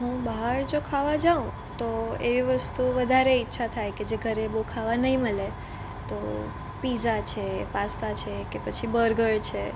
હું બહાર જો ખાવા જાઉં તો એ વસ્તુ વધારે ઈચ્છા થાય કે જે ઘરે બહું ખાવા ન મળે તો પિઝા છે પાસ્તા છે કે પછી બર્ગર છે